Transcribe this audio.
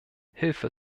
hilfe